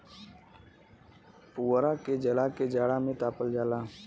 पुवरा के जला के जाड़ा में तापल जाला